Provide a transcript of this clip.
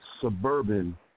suburban